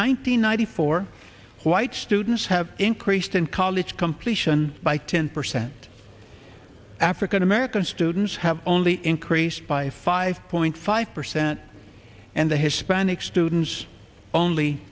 hundred four white students have increased in college completion by ten percent african american students have only increased by five point five percent and the hispanic students only